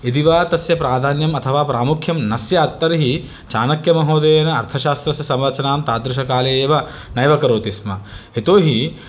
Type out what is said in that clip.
यदि वा तस्य प्राधान्यम् अथवा प्रामुख्यं न स्यात् तर्हि चाणक्यमहोदयेन अर्थशास्त्रस्य संरचनां तादृशकाले एव नैव करोति स्म यतो हि